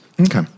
Okay